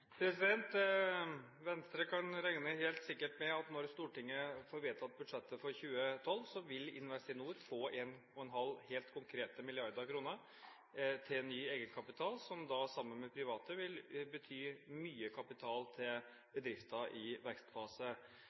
Venstre kan helt sikkert regne med at når Stortinget får vedtatt budsjettet for 2012, vil Investinor få 1,5 mrd. helt konkrete kroner til ny egenkapital, som da, sammen med private midler, vil bety mye kapital til bedrifter i vekstfase.